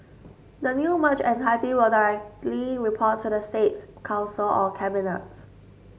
the new merged entity will directly report to the States Council or cabinets